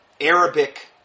Arabic